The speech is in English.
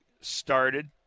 started